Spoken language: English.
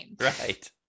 Right